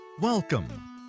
welcome